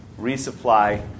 resupply